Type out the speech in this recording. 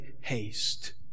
haste